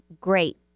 great